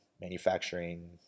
manufacturing